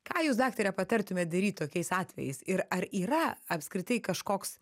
ką jūs daktare patartumėt daryt tokiais atvejais ir ar yra apskritai kažkoks